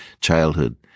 childhood